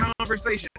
conversation